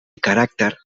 caràcter